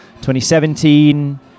2017